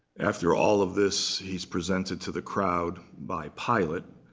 after all of this, he's presented to the crowd by pilate.